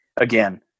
again